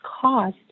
cost